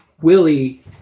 Willie